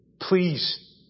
Please